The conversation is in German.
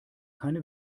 keine